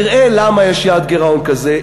יראה למה יש יעד גירעון כזה,